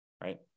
right